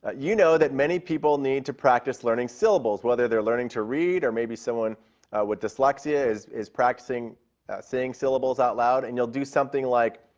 ah you know that many people need to practice learning syllables. whether they're learning to read or maybe someone with dyslexia is is practicing syllables out loud, and you'll do something like,